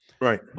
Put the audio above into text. Right